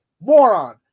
moron